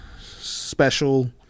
special